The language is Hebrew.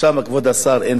אין ועדה מקומית,